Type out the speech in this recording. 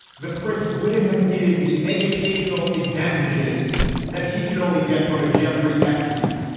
the prince wouldn't have needed the educational advantages that he can only get from a jeffrey epstein.